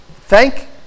Thank